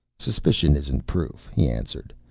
suspicion isn't proof, he answered.